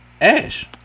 Ash